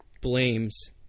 blames